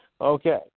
Okay